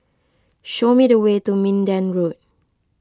show me the way to Minden Road